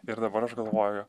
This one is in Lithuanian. ir dabar aš galvoju